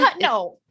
No